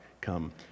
come